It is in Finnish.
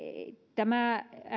tämä